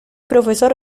profesor